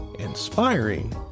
inspiring